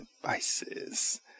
devices